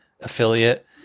affiliate